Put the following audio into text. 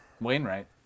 Wainwright